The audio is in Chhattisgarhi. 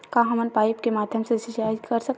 का हमन पाइप के माध्यम से सिंचाई कर सकथन?